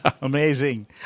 Amazing